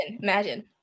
Imagine